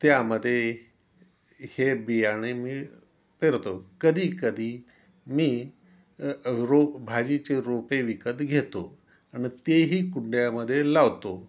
त्यामध्ये हे बियाणे मी पेरतो कधी कधी मी रो भाजीचे रोपे विकत घेतो आणि तेही कुंड्यामध्ये लावतो